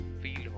field